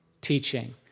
teaching